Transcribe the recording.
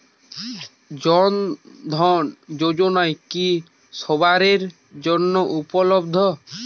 জন ধন যোজনা কি সবায়ের জন্য উপলব্ধ?